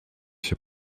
się